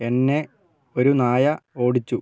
എന്നെ ഒരു നായ ഓടിച്ചു